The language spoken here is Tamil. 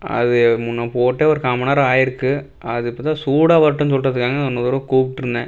அது முன்னே போட்டே ஒரு கால்மண்நேரம் ஆயிருக்கு அது இப்போ தான் சூடாக வரட்டுன்னு சொல்லுறதுக்காக தான் இன்னோரு தடவ கூப்பிட்டுருந்தேன்